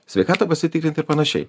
sveikatą pasitikrint ir panašiai